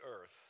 earth